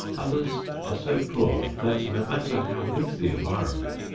others are so poor that, no matter how good the environment,